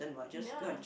ya